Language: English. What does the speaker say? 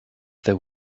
there